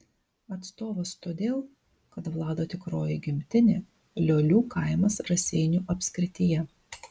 atstovas todėl kad vlado tikroji gimtinė liolių kaimas raseinių apskrityje